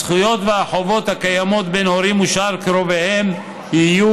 הזכויות והחובות הקיימות בין הורים ושאר קרוביהם יהיו